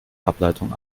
ableitung